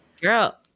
Girl